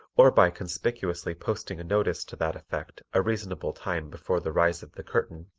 or by conspicuously posting a notice to that effect a reasonable time before the rise of the curtain,